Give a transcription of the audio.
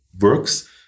works